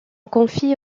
confie